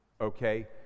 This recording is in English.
okay